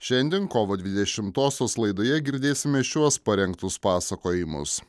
šiandien kovo dvidešimtosios laidoje girdėsime šiuos parengtus pasakojimus